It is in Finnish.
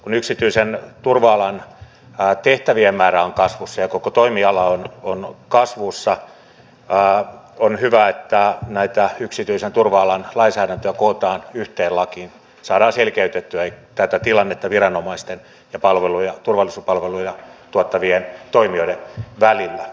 kun yksityisen turva alan tehtävien määrä on kasvussa ja koko toimiala on kasvussa on hyvä että tämän yksityisen turva alan lainsäädäntöä kootaan yhteen lakiin saadaan selkeytettyä tätä tilannetta viranomaisten ja turvallisuuspalveluja tuottavien toimijoiden välillä